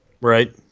right